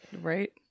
right